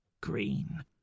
green